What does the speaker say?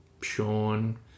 Sean